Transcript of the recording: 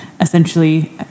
Essentially